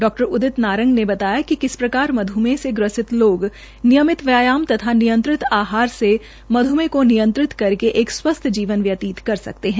डा उदित नारंग ने बताया कि किस प्रकार मध्मेह से ग्रस्ति लोग नियमित व्यायाम तथा नियंत्रित आहार से मध्मेह को नियंत्रित करके एक स्वस्थ जीवन व्यतीत कर सकते है